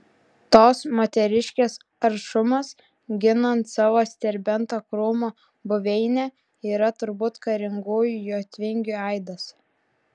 tos moteriškės aršumas ginant savo serbento krūmo buveinę yra turbūt karingųjų jotvingių aidas